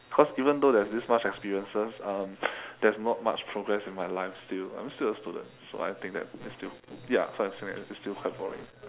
cause even though there's this much experiences um there's not much progress in my life still I'm still a student so I think that it's still ya so I assume that it's still quite boring